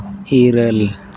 ᱤᱨᱟᱹᱞ